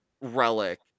Relic